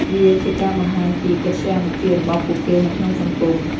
វាជាការបង្ហាញពីកិត្យានុភាពរបស់ពួកគេនៅក្នុងសង្គម។